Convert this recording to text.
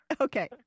Okay